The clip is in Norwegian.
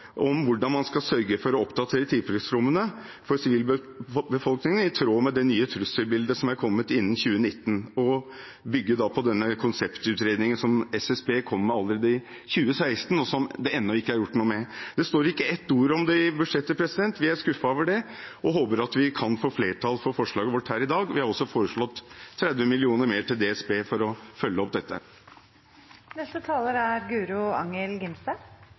om det i budsjettet. Vi er skuffet over det, og vi håper at vi kan få flertall for forslaget vårt her i dag. Vi har også foreslått 30 mill. kr mer til DSB for å følge opp